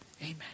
amen